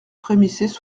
frémissaient